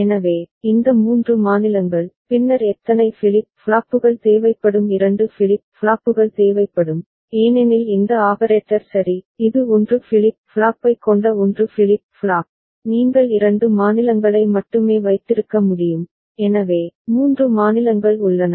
எனவே இந்த 3 மாநிலங்கள் பின்னர் எத்தனை ஃபிளிப் ஃப்ளாப்புகள் தேவைப்படும் 2 ஃபிளிப் ஃப்ளாப்புகள் தேவைப்படும் ஏனெனில் இந்த ஆபரேட்டர் சரி இது 1 ஃபிளிப் ஃப்ளாப்பைக் கொண்ட 1 ஃபிளிப் ஃப்ளாப் நீங்கள் 2 மாநிலங்களை மட்டுமே வைத்திருக்க முடியும் எனவே 3 மாநிலங்கள் உள்ளன